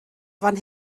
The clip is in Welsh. fan